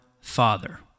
Father